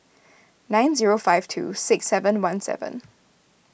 nine zero five two six seven one seven